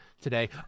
today